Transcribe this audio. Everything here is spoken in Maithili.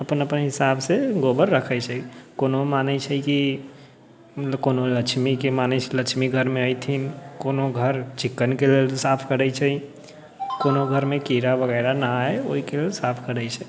अपन अपन हिसाबसँ गोबर रखै छै कोनो मानै छै कि कोनो लक्ष्मीके मानै छै लक्ष्मी घरमे अयथिन कोनो घर चिक्कनके लेल साफ करै छै कोनो घरमे कीड़ा वगैरह नहि आये ओहिके लेल साफ करै छै